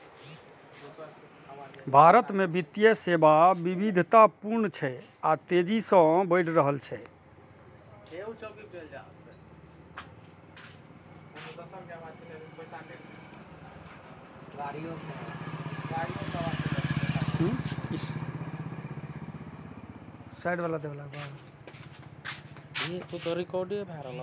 भारत मे वित्तीय सेवा विविधतापूर्ण छै आ तेजी सं बढ़ि रहल छै